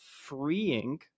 freeing